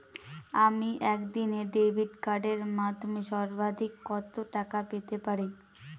আমি একদিনে ডেবিট কার্ডের মাধ্যমে সর্বাধিক কত টাকা পেতে পারি?